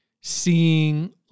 seeing